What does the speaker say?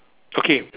okay